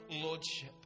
lordship